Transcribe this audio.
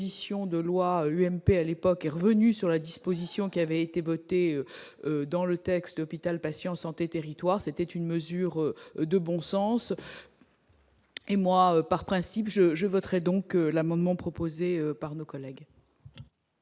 de loi UMP à l'époque, est revenu sur la disposition qui avait été voté dans le texte hôpital, patients, santé, territoires, c'était une mesure de bon sens. Et moi, par principe, je je voterai donc l'amendement proposé par nos collègues.